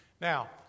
Now